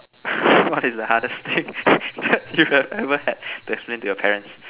what is the hardest thing you have ever had to explain to your parents